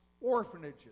orphanages